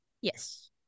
Yes